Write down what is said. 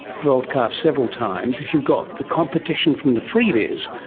broadcast several times, if you've got the competition from the freebies,